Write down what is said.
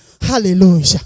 Hallelujah